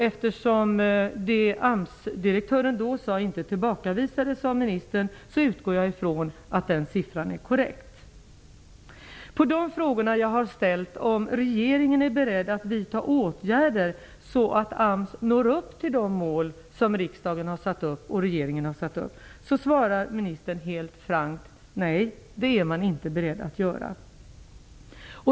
Eftersom det som AMS generaldirektör då sade inte tillbakavisades av ministern utgår jag från att uppgiften är korrekt. På de frågor som jag har ställt om regeringen är beredd att vidta åtgärder så att AMS når upp till de mål som riksdagen och regeringen har satt upp svarar ministern helt frankt: Nej, det är regeringen inte beredd att göra.